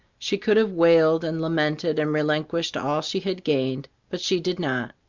she could have wailed, and lamented, and relinquished all she had gained, but she did not.